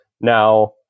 Now